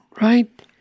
right